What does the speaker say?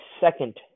second